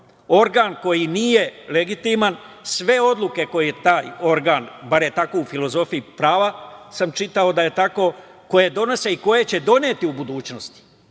organ koji nije legitiman, sve odluke koje taj organ, bar je tako u filozofiji prava, čitao sam da je tako, koje donose i koje će doneti u budućnosti